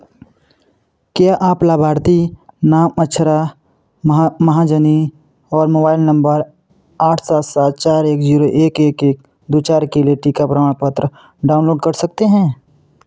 क्या आप लाभार्थी नाम अक्षरा महाजनी और मोबाइल नंबर आठ सात सात चार एक जीरो एक एक एक दो चार के लिए टीका प्रमाणपत्र डाउनलोड कर सकते हैं